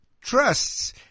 trusts